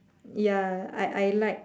ya I I like